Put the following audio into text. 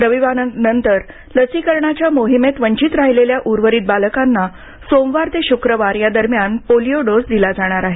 रविवारनंतर लसीकरणाच्या मोहिमेत वंचित राहिलेल्या उर्वरित बालकांना सोमवार ते शक्रवार या दरम्यान पोलिओ डोस दिला जाणार आहे